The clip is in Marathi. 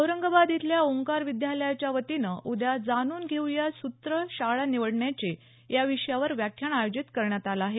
औरंगाबाद इथल्या ओंकार विद्यालयाच्या वतीनं उद्या जाणून घेऊ या सूत्र शाळा निवडण्याचे या विषयावर व्याख्यान आयोजित करण्यात आलं आहे